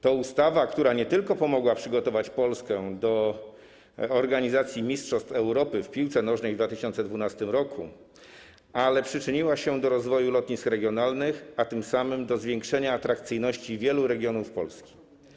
To ustawa, która nie tylko pomogła przygotować Polskę do organizacji mistrzostw Europy w piłce nożnej w 2012 r., ale przyczyniła się także do rozwoju lotnisk regionalnych, a tym samym do zwiększenia atrakcyjności wielu regionów Polski.